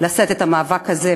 לשאת את המאבק הזה,